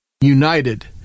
united